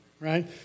right